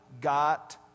got